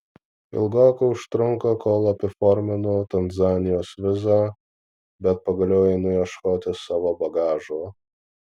ilgokai užtrunka kol apiforminu tanzanijos vizą bet pagaliau einu ieškoti savo bagažo